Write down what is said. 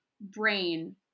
brain